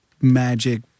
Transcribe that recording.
magic